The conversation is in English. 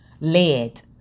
lead